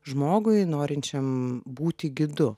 žmogui norinčiam būti gidu